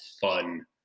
fun